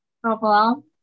problem